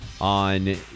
on